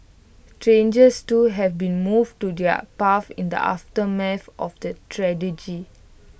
strangers too have been moved to do their in the aftermath of the